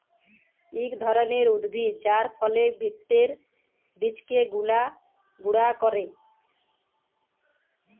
ইক ধরলের উদ্ভিদ যার ফলের ভিত্রের বীজকে গুঁড়া ক্যরে